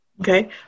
Okay